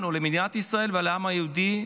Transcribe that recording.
לנו, למדינת ישראל ולעם היהודי,